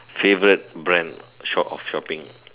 favourite brand shop of shopping